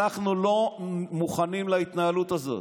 אנחנו לא מוכנים להתנהלות הזאת.